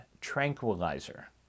tranquilizer